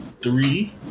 three